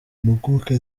impuguke